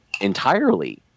entirely